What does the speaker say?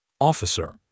Officer